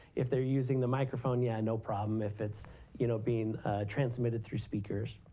if they're using the microphone. yeah, no problem if it's you know being transmitted through speakers.